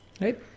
right